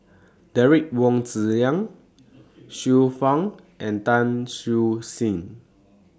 Derek Wong Zi Liang Xiu Fang and Tan Siew Sin